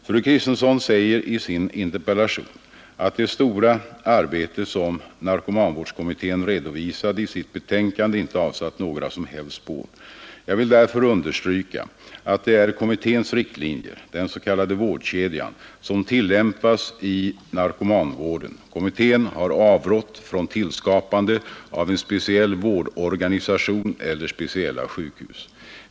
Fru Kristensson säger i sin interpellation att det stora arbete som narkomanvårdskommittén redovisade i sitt betänkande inte avsatt några som helst spår. Jag vill därför understryka att det är kommitténs riktlinjer — den s.k. vårdkedjan — som tillämpas i narkomanvården. Kommittén har avrått från tillskapande av en speciell vårdorganisation eller speciella sjukhus.